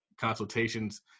consultations